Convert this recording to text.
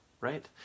right